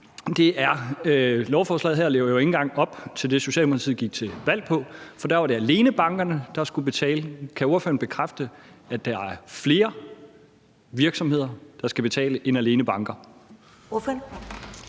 lovforslaget her jo ikke engang lever op til det, Socialdemokratiet gik til valg på, for der var det alene bankerne, der skulle betale. Kan ordføreren bekræfte, at der er flere virksomheder, der skal betale, end alene banker?